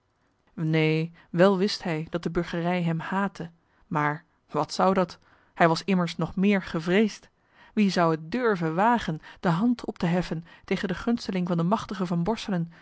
neen wel wist hij dat de burgerij hem haatte maar wat zou dat hij was immers nog meer gevreesd wie zou het durven wagen de hand op te heffen tegen den gunsteling van den machtigen van borselen